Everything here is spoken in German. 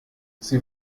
sie